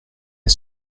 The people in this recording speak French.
est